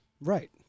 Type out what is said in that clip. Right